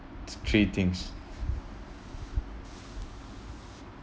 three things